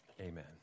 amen